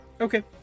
Okay